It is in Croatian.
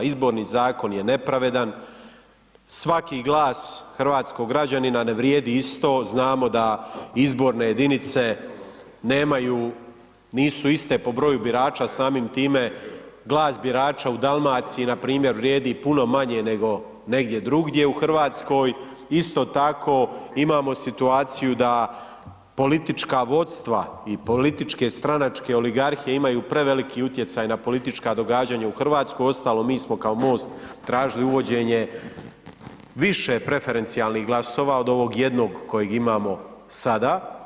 Izborni zakon je nepravedan, svaki glas hrvatskog građanina ne vrijedi isto, znamo da izborne jedinice nisu iste po borju birača samim time glas birača u Dalmaciji vrijedi puno manje nego negdje drugdje u Hrvatskoj, isto tako imamo situaciju da politička vodstva i političke stranačke oligarhije imaju preveliki utjecaj na politička događanja u Hrvatskoj, uostalom mi smo kao MOST tražili uvođenje više preferencijalnih glasova od ovog jednog kojeg imamo sada.